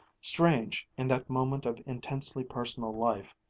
strange, in that moment of intensely personal life,